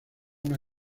una